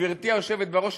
גברתי היושבת בראש,